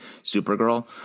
Supergirl